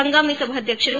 ಹಂಗಾಮಿ ಸಭಾಧ್ಯಕ್ಷರು